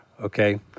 Okay